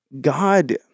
God